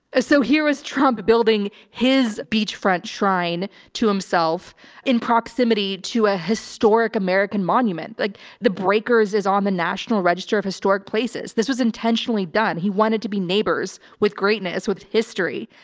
ah so here was trump building his beach front shrine to himself in proximity to a historic american monument like the breakers is on the national register of historic places. this was intentionally done. he wanted to be neighbors with greatness, with history.